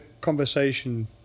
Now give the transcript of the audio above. conversation